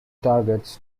targets